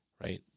right